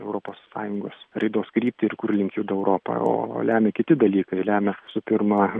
europos sąjungos raidos kryptį ir kurlink juda europa o lemia kiti dalykai lemia su pirma